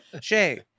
Shay